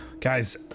guys